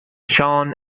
seán